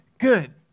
good